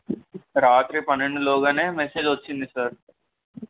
రాత్రి పన్నెండులోగానే మెసేజ్ వచ్చింది సార్